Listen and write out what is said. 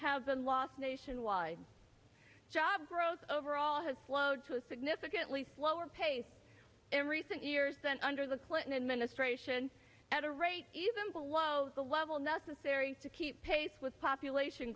been lost nationwide job growth overall has slowed to a significantly slower pace in recent years than under the clinton administration at a rate even below the level necessary to keep pace with population